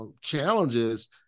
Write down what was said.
challenges